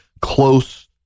close